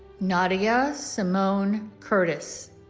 naudia symone curtis